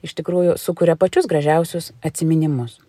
iš tikrųjų sukuria pačius gražiausius atsiminimus